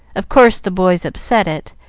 of course the boys upset it,